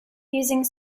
using